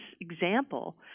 example